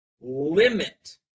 Limit